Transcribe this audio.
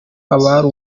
abari